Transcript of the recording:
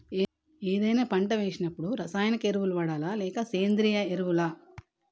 ఏదైనా పంట వేసినప్పుడు రసాయనిక ఎరువులు వాడాలా? లేక సేంద్రీయ ఎరవులా?